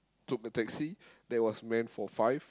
took the taxi that was meant for five